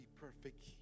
perfect